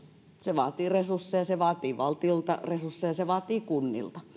se vaatii resursseja se vaatii valtiolta resursseja se vaatii kunnilta